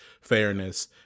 fairness